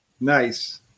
Nice